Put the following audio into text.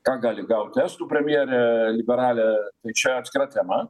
ką gali gauti estų premjerė liberalią tai čia atskira tema